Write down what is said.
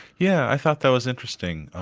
yeah i thought that was interesting.